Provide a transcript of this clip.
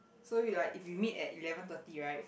so you will like if you meet at eleven thirty right